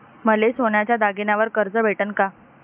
मले सोन्याच्या दागिन्यावर कर्ज भेटन का?